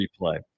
replay